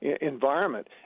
environment